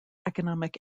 economic